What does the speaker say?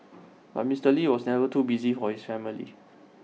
but Mister lee was never too busy for his family